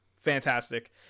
fantastic